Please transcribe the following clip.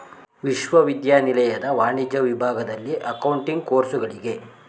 ವಿಶ್ವವಿದ್ಯಾನಿಲಯದ ವಾಣಿಜ್ಯ ವಿಭಾಗದಲ್ಲಿ ಅಕೌಂಟಿಂಗ್ ಕೋರ್ಸುಗಳಿಗೆ